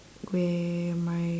where my